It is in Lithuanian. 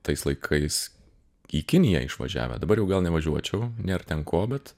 tais laikais į kiniją išvažiavę dabar jau gal nevažiuočiau nėr ten ko bet